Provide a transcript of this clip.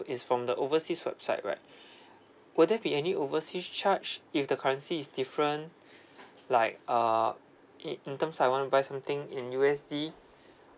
is from the overseas website right will there be any overseas charge if the currency is different like uh i~ in terms I want to buy something in U_S_D